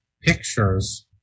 pictures